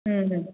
ꯎꯝ